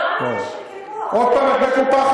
זה לא עניין של קיפוח, עוד פעם את מקופחת.